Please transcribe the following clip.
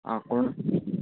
आं कोण